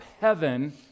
heaven